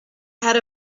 had